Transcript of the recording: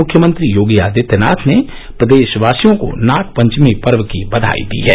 मुख्यमंत्री योगी आदित्यनाथ ने प्रदेशवासियों को नागपंचमी पर्व की बधाई दी है